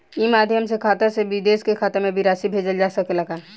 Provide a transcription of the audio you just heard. ई माध्यम से खाता से विदेश के खाता में भी राशि भेजल जा सकेला का?